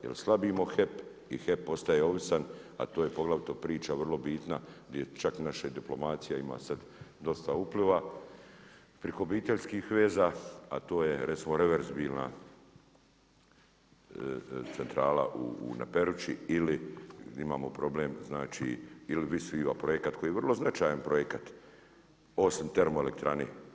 Jer slabimo HEP i HEP postaje ovisan, a to je poglavito priča vrlo bitna, gdje čak i naše diplomacije ima sad dosta upliva, priko obiteljskih veza a to je recimo reverzibilna centrala u na Peruči ili di imamo problem znači ili Vis ima projekat, koji je vrlo značajan projekat, osim termoelektrane.